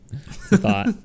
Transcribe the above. Thought